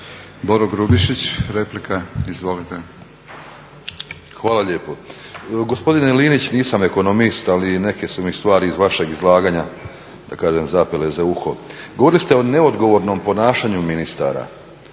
**Grubišić, Boro (HDSSB)** Hvala lijepo. Gospodine Linić, nisam ekonomist, ali neke su mi stvari iz vašeg izlaganja, da kažem, zapele za uho. Govorili ste o neodgovornom ponašanju ministara